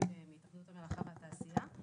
המלאכה והתעשייה.